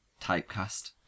Typecast